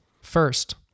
First